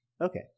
Okay